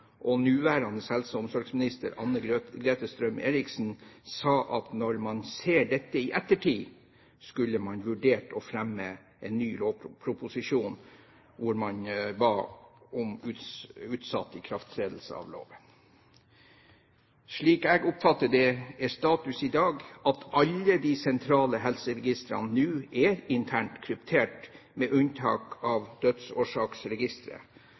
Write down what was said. og nåværende helse- og omsorgsminister Anne-Grete Strøm-Erichsen sa at når man ser dette i ettertid, skulle man vurdert å fremme en ny lovproposisjon hvor man ba om utsatt ikrafttredelse av loven. Slik jeg oppfatter det, er status i dag at alle de sentrale helseregistrene nå er internt kryptert, med unntak av dødsårsaksregisteret,